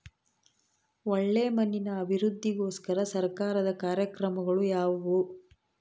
ಒಳ್ಳೆ ಮಣ್ಣಿನ ಅಭಿವೃದ್ಧಿಗೋಸ್ಕರ ಸರ್ಕಾರದ ಕಾರ್ಯಕ್ರಮಗಳು ಯಾವುವು?